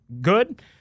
good